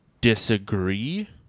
disagree